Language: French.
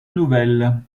nouvelle